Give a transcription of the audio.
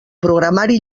programari